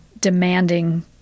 demanding